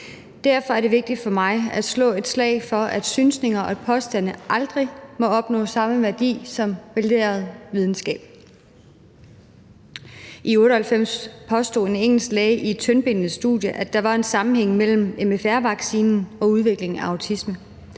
Derfor er det vigtigt for mig at slå et slag for, at synsninger og påstande aldrig må opnå samme værdi som videnskab. I 1998 påstod en engelsk læge i et tyndbenet studie, at der var en sammenhæng imellem MFR-vaccinen og udviklingen af autisme.